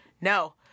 No